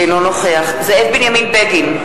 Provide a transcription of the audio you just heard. אינו נוכח זאב בנימין בגין,